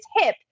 hip